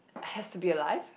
has to be alive